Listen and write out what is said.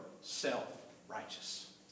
self-righteous